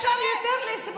על אפכם ועל חמתכם.